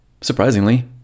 surprisingly